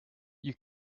you